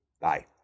Bye